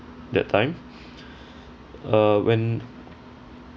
that time uh when